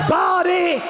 body